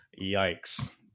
Yikes